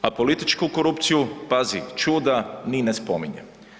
Apolitičku korupciju, pazi čuda ni ne spominje.